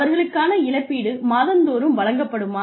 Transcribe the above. அவர்களுக்கான இழப்பீடு மாதந்தோறும் வழங்கப்படுமா